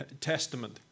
Testament